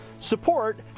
support